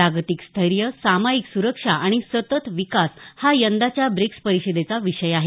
जागतिक स्थैर्य सामायिक सुरक्षा आणि सतत विकास हा यंदाच्या ब्रिक्स परिषदेचा विषय आहे